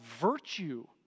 virtue